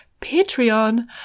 Patreon